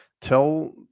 Tell